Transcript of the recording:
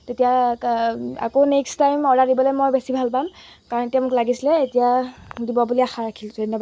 তেতিয়া আকৌ next time order দিবলৈ মই বেছি ভাল পাম কাৰণ এতিয়া মোক লাগিছিলে এতিয়া দিব বুলি আশা ৰাখিছোঁ ধন্যবাদ